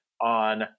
on